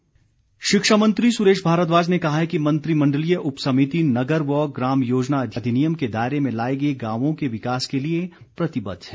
भारद्वाज शिक्षा मंत्री सुरेश भारद्वाज ने कहा है कि मंत्रिमंडलीय उपसमिति नगर व ग्राम योजना अधिनियम के दायरे में लाए गए गांवों के विकास के लिए प्रतिबद्ध है